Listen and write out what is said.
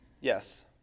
Yes